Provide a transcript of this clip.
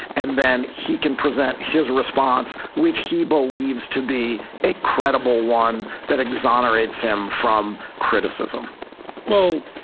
and then he can present his response, which he believes to be a credible one that exonerates him from criticism well,